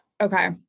Okay